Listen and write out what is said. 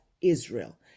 Israel